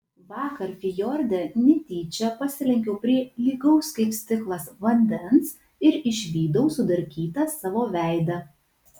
vakar fjorde netyčia pasilenkiau prie lygaus kaip stiklas vandens ir išvydau sudarkytą savo veidą